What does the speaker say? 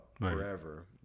forever